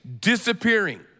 disappearing